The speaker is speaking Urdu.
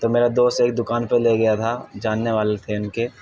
تو میرا دوست ایک دکان پہ لے گیا تھا جاننے والے تھے ان کے